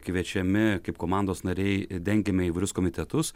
kviečiami kaip komandos nariai dengiame įvairius komitetus